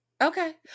Okay